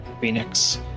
Phoenix